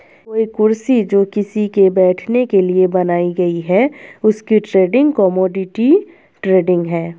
कोई कुर्सी जो किसी के बैठने के लिए बनाई गयी है उसकी ट्रेडिंग कमोडिटी ट्रेडिंग है